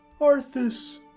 Arthas